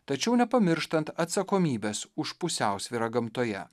tačiau nepamirštant atsakomybės už pusiausvyrą gamtoje